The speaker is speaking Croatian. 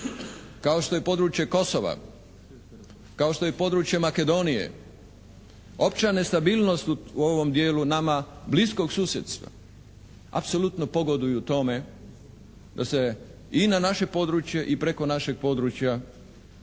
kao što je područje Kosova, kao što je područje Makedonije, opća nestabilnost u ovom dijelu nama bliskog susjedstva, apsolutno pogoduju tome da se i na naše područje i preko našeg područja